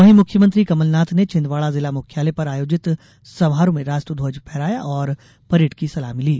वहीं मुख्यमंत्री कमलनाथ ने छिंदवाड़ा जिला मुख्यालय पर आयोजित समारोह में राष्ट्रध्वज फहराया और परेड की सलामी ली